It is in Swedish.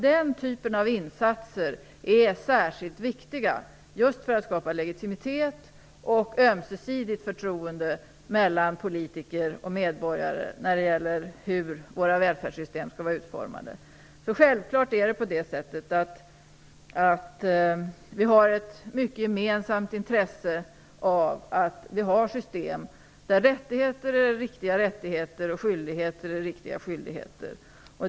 Den typen av insatser är särskilt viktiga just för att skapa legitimitet och ömsesidigt förtroende mellan politiker och medborgare när det gäller hur våra välfärdssystem skall vara utformade. Självfallet har vi ett gemensamt intresse av att ha ett system där rättigheter är riktiga rättigheter och där skyldigheter är riktiga skyldigheter.